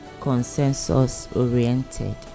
consensus-oriented